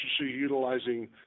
utilizing